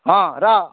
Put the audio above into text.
हां राव